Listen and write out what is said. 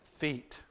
feet